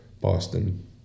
Boston